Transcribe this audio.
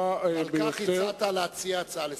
חמורה ביותר, על כן הגשת הצעה לסדר-היום.